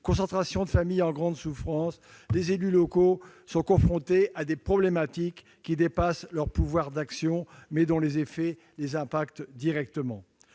concentration de familles en grande souffrance : les élus locaux sont confrontés à des problématiques qui dépassent leur pouvoir d'action, mais dont les effets les touchent directement.